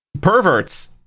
perverts